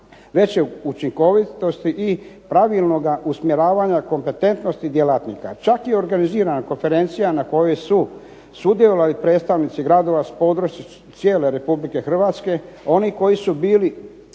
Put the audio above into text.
veće učinkovitosti i pravilnoga usmjeravanja kompetentnosti djelatnika čak i organizirana konferencija na kojoj su sudjelovali predstavnici gradova s područja cijele Republike Hrvatske. Oni koji su bili